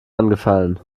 angefallen